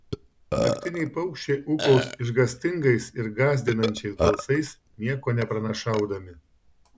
naktiniai paukščiai ūkaus išgąstingais ir gąsdinančiais balsais nieko nepranašaudami